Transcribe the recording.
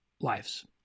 lives